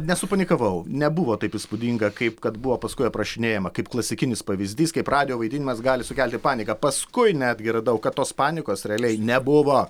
nesupanikavau nebuvo taip įspūdinga kaip kad buvo paskui aprašinėjama kaip klasikinis pavyzdys kaip radijo vaidinimas gali sukelti paniką paskui netgi radau kad tos panikos realiai nebuvo